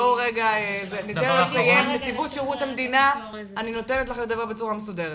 בואי ניתן לנציבות שירות המדינה לדבר בצורה מסודרת.